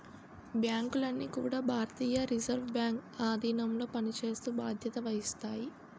బ్యాంకులన్నీ కూడా భారతీయ రిజర్వ్ బ్యాంక్ ఆధీనంలో పనిచేస్తూ బాధ్యత వహిస్తాయి